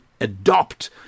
adopt